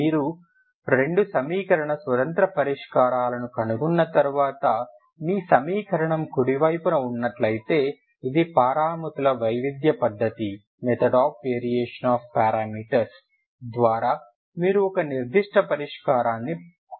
మీరు రెండు సమీకరణ స్వతంత్ర పరిష్కారాలను కనుగొన్న తర్వాత మీ సమీకరణం కుడి వైపున ఉన్నట్లయితే ఇది పారామితుల వైవిధ్య పద్ధతి method of variation of parameters method of variation of parameters ద్వారా మీరు ఒక నిర్దిష్ట పరిష్కారాన్ని కనుగొనవచ్చు